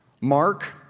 Mark